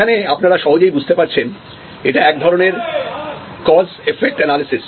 এখানে আপনারা সহজেই বুঝতে পারছেন এটা এক ধরনের কজ এফেক্ট অ্যানালিসিস